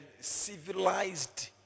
civilized